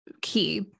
key